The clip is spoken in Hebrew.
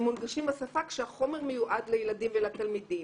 בשפה כשהחומר מיועד לילדים ולתלמידים.